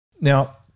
Now